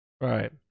right